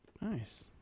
Nice